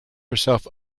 herself